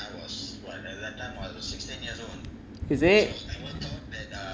is it